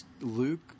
Luke